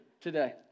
today